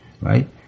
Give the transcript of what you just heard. right